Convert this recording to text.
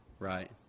Right